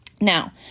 Now